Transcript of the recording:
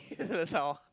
that's the sound